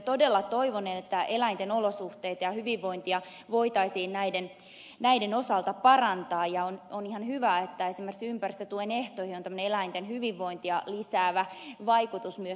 todella toivon että eläinten olosuhteita ja hyvinvointia voitaisiin näiden osalta parantaa ja on ihan hyvä että esimerkiksi ympäristötuen ehtoihin on tämmöinen eläinten hyvinvointia lisäävä vaikutus myös saatu